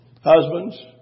husbands